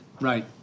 Right